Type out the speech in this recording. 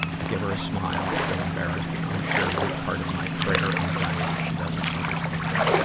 i give her a smile, still embarrassed and unsure which part of my prayer anxiety she doesn't understand.